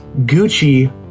Gucci